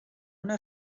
una